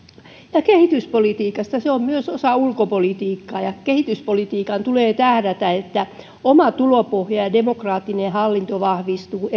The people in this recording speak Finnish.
ja kehityspolitiikasta se on myös osa ulkopolitiikkaa ja kehityspolitiikan tulee tähdätä siihen että kohteen oma tulopohja ja demokraattinen hallinto vahvistuvat